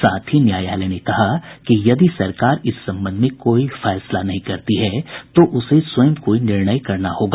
साथ ही न्यायालय ने कहा कि यदि सरकार इस संबंध में कोई फैसला नहीं करती है तो उसे स्वयं कोई निर्णय करना होगा